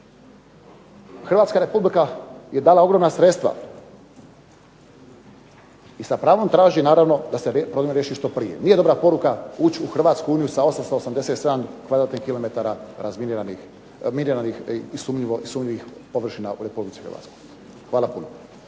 Hrvatska Republika je dala ogromna sredstva i sa pravom traži da se problem riješi što prije. Nije dobra poruka ući u Europsku uniju sa 887 kvadratnih kilometara miniranih i sumnjivih površina u Republici Hrvatskoj. Hvala puno.